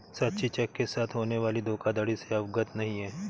साक्षी cheque के साथ होने वाली धोखाधड़ी से अवगत नहीं है